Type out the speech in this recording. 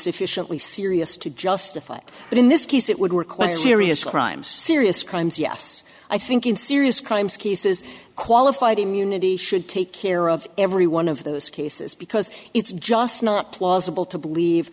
sufficiently serious to justify it but in this case it would require serious crimes serious crimes yes i think in serious crimes cases qualified immunity should take care of every one of those cases because it's just not plausible to believe